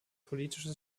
politisches